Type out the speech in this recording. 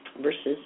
versus